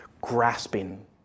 grasping